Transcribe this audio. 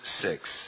six